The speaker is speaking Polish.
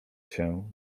się